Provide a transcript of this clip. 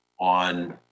on